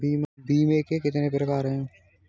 बीमे के कितने प्रकार हैं?